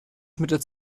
mit